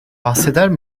bahseder